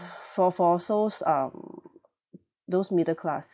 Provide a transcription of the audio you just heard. for for those um those middle class